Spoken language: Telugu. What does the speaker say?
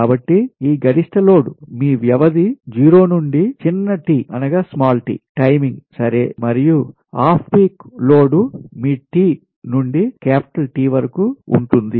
కాబట్టి ఈ గరిష్ట లోడ్ మీ వ్యవధి 0 నుండి చిన్న టి టైమింగ్ సరే మరియు ఆఫ్ పీక్ లోడ్ మీ t నుండి T వరకు ఉంటుంది